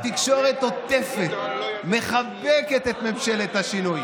התקשורת עוטפת, מחבקת את ממשלת השינוי.